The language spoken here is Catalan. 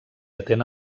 atent